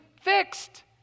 fixed